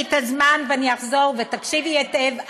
יש לי זמן ואני אחזור, ותקשיבי היטב.